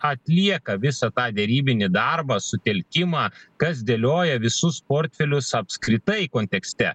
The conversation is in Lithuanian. atlieka visą tą derybinį darbą sutelkimą kas dėlioja visus portfelius apskritai kontekste